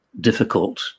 Difficult